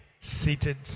seated